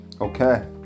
okay